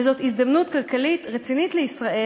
וזאת הזדמנות כלכלית רצינית לישראל,